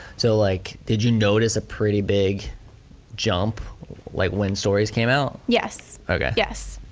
so like did you notice a pretty big jump like when stories came out? yes, yeah yes.